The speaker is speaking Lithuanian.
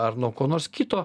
ar nuo ko nors kito